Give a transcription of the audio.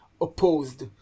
opposed